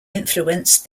influenced